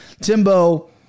Timbo